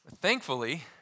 Thankfully